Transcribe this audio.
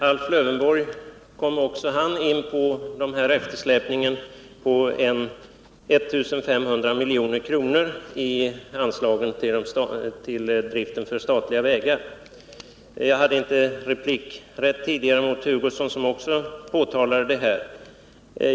Herr talman! Även Alf Lövenborg kom in på eftersläpningen på 1 500 milj.kr. i anslaget till driften av statliga vägar. Kurt Hugosson påtalade också detta, men jag hade inte rätt till replik på hans anförande.